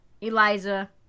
Eliza